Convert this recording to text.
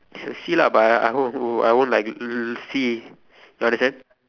should see lah but I I hope I I won't like see you understand